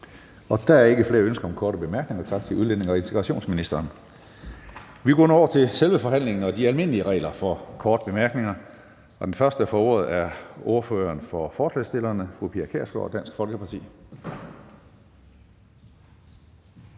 Der er ikke flere ønsker om korte bemærkninger. Tak til udlændinge- og integrationsministeren. Vi går nu over til selve forhandlingen og de almindelige regler for korte bemærkninger. Den første, der får ordet, er ordføreren for forslagsstillerne, fru Pia Kjærsgaard, Dansk Folkeparti.